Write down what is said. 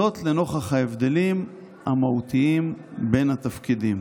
זאת לנוכח ההבדלים המהותיים בין התפקידים